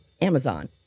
Amazon